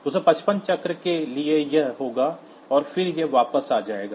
255 cycle के लिए यह होगा और फिर यह वापस आ जाएगा